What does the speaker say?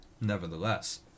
Nevertheless